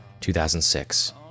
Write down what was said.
2006